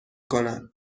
کند